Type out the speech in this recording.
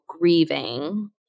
grieving